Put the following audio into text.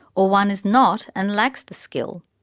or one is not and lacks the skill.